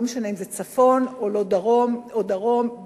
לא משנה אם זה צפון או לא דרום או דרום,